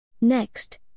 Next